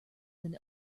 than